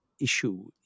issue